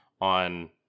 on